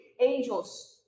angels